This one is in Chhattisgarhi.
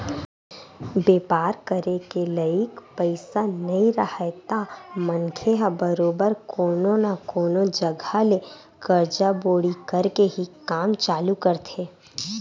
बेपार करे के लइक पइसा नइ राहय त मनखे ह बरोबर कोनो न कोनो जघा ले करजा बोड़ी करके ही काम चालू करथे